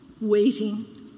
waiting